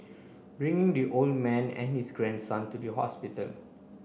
bringing the old man and his grandson to the hospital